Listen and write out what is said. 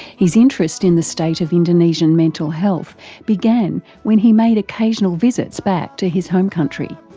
his interest in the state of indonesian mental health began when he made occasional visits back to his home country.